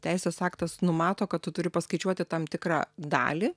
teisės aktas numato kad tu turi paskaičiuoti tam tikra dalį